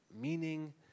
meaning